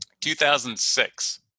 2006